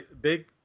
big